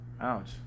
Ouch